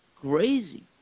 crazy